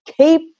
keep